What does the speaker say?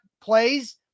plays